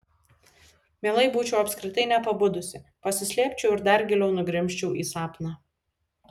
mielai būčiau apskritai nepabudusi pasislėpčiau ir dar giliau nugrimzčiau į sapną